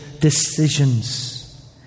decisions